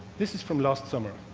this is from last summer,